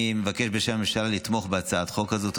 אני מבקש בשם הממשלה לתמוך בהצעת החוק הזאת.